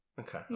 Okay